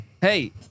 Hey